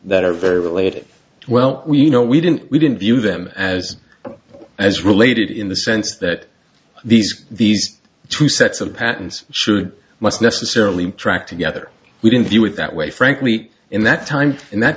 that are very related well we you know we didn't we didn't view them as as related in the sense that these these two sets of patents should must necessarily track together we didn't view it that way frankly in that time in that